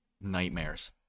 nightmares